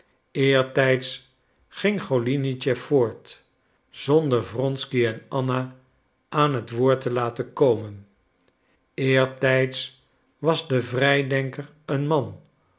eertijds ging golinitschef voort zonder wronsky en anna aan het woord te laten komen eertijds was de vrijdenker een man